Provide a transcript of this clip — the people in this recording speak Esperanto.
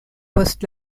post